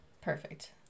Perfect